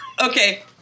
Okay